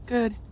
Good